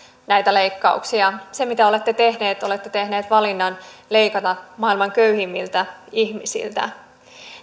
näitä leikkauksia se mitä olette tehneet on että olette tehneet valinnan leikata maailman köyhimmiltä ihmisiltä